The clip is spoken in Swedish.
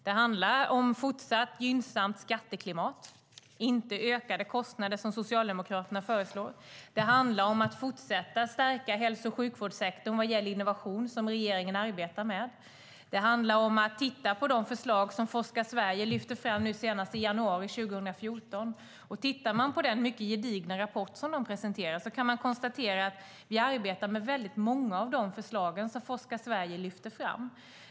Det handlar om att även i fortsättningen ha ett gynnsamt skatteklimat, inte ökade kostnader som Socialdemokraterna föreslår. Det handlar om att fortsätta att stärka hälso och sjukvårdssektorn vad gäller innovation, som regeringen arbetar med. Det handlar om att titta på de förslag som Forska! Sverige lyfte fram senast i januari 2014. Av den gedigna rapporten framgår att vi arbetar med många av de förslag som Forska! Sverige har lyft fram.